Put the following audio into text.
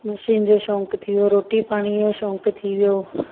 machine जो शौंक़ु थी वियो रोटी पाणीअ जो शौंक़ु थी वियो